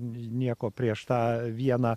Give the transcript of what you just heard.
nieko prieš tą vieną